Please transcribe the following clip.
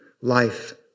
life